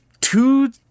two